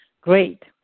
Great